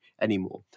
anymore